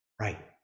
Right